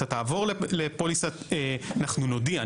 אנחנו נודיע,